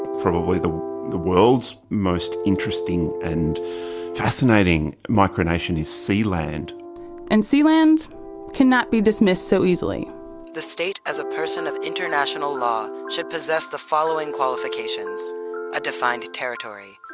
probably the world's most interesting and fascinating micronation is sealand and sealand cannot be dismissed so easily the state as a person of international law should possess the following qualifications a defined territory.